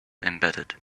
embedded